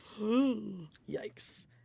yikes